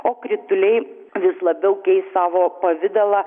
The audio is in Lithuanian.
o krituliai vis labiau keis savo pavidalą